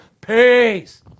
Peace